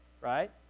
right